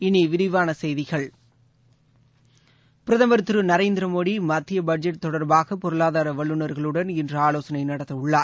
இனி விரிவான செய்திகள் பிரதமர் திரு நரேந்திர மோடி மத்திய பட்ஜெட் தொடர்பாக பொருளாதார வல்லுநர்களுடன் இன்று ஆலோசனை நடத்த உள்ளார்